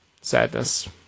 Sadness